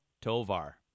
Tovar